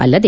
ಅಲ್ಲದೆ